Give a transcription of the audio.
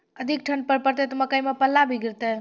अधिक ठंड पर पड़तैत मकई मां पल्ला भी गिरते?